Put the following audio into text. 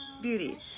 beauty